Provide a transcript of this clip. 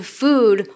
food